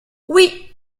oui